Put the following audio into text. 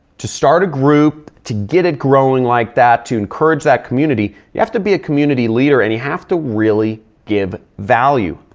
to start a group, to get it growing like that to encourage that community, you have to be a community leader and you have to really give value.